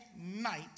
night